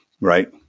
right